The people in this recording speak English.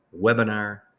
webinar